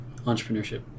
entrepreneurship